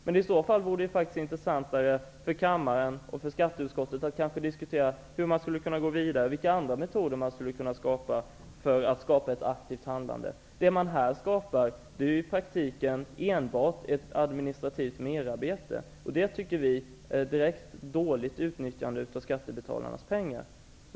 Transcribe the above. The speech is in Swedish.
Men i så fall vore det intressantare för kammaren och skatteutskottet att diskutera hur man kan gå vidare och vilka andra metoder man kan ta fram för att skapa ett aktivt handlande. Här skapar man i praktiken enbart ett administrativt merarbete. Vi tycker att det är ett dåligt utnyttjande av skattebetalarnas pengar.